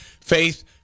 Faith